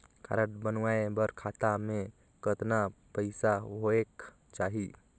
Card बनवाय बर खाता मे कतना पईसा होएक चाही?